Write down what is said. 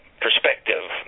perspective